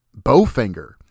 bowfinger